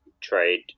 trade